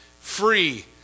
free